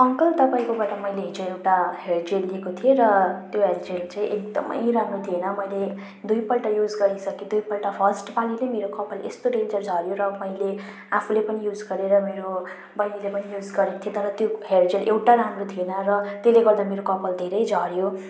uncle तपाईँकोबाट मैले हिजो एउटा हेयर जेल लिएको थिएँ र त्यो हेयर जेल चाहिँ एकदमै राम्रो थिएन मैले दुईपल्ट युज गरिसकेँ दुईपल्ट फर्स्टपालि चाहिँ मेरो कपाल यस्तो डेन्जर झऱ्यो र मैले आफूले पनि युज गरेर मेरो बहिनीले पनि युज गरेको थियो तर त्यो हेयर जेल एउटा राम्रो थिएन र त्यसले गर्दा मेरो कपाल धेरै झऱ्यो